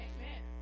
Amen